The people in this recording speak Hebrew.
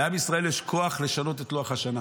לעם ישראל יש כוח לשנות את לוח השנה.